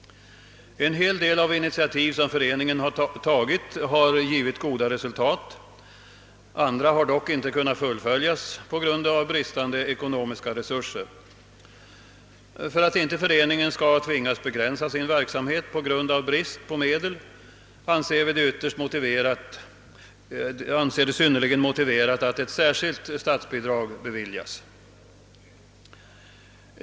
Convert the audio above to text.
En hel del av de initiativ som föreningen tagit har givit goda resultat. Andra har dock inte kunnat fullföljas på grund av bristande ekonomiska resurser. För att inte föreningen skall tvingas begränsa sin verksamhet till följd av brist på medel anser vi det synnerligen motiverat att ett särskilt statsbidrag beviljas.